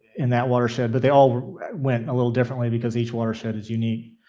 in that watershed, but they all went a little differently because each watershed is unique.